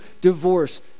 divorce